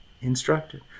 Instructed